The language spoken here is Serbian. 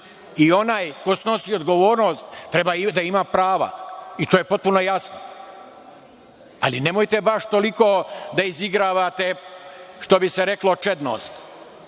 i onaj ko snosi odgovornost treba da ima prava i to je potpuno jasno, ali nemojte baš toliko da izigravate, što bi se reklo, čednost.